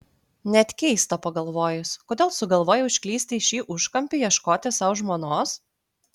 net keista pagalvojus kodėl sugalvojai užklysti į šį užkampį ieškoti sau žmonos